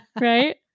Right